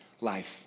life